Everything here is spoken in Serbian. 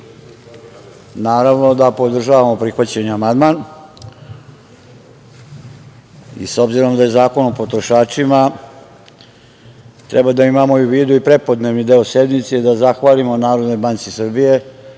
naravno da podržavamo prihvaćeni amandman i s obzirom da je Zakon o potrošačima treba da imamo u vidu i prepodnevni deo sednice i da zahvalimo i Narodnoj banci Srbije